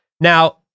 Now